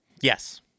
Yes